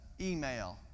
email